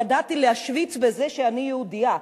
ידעתי להשוויץ בזה שאני יהודייה,